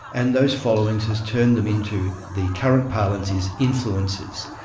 and those followings has turned them into, the current parlance is influencers.